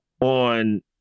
on